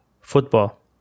football